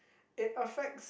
it affects